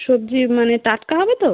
সবজি মানে টাটকা হবে তো